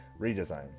redesign